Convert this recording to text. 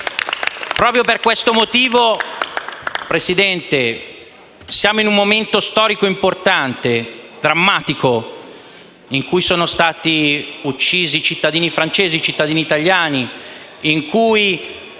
Gruppo LN-Aut)*. Signor Presidente, siamo in un momento storico importante, drammatico, in cui sono stati uccisi cittadini francesi e italiani, in cui